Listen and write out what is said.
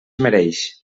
mereix